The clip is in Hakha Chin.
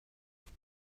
tlak